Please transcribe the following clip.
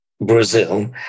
Brazil